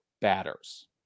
batters